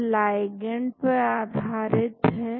यह लाइगैंड पर आधारित है